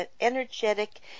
energetic